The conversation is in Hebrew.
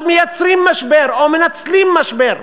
אז מייצרים משבר, או מנצלים משבר,